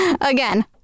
Again